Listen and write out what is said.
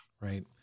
Right